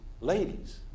ladies